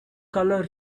colour